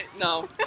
No